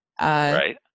right